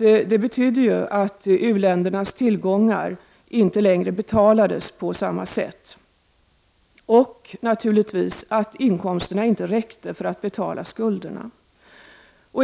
Det betydde att u-län dernas tillgångar inte längre betalade sig på samma sätt. Inkomsterna räckte naturligtvis inte till att betala skulderna.